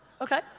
Okay